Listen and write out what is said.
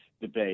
debate